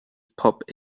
pop